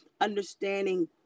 understanding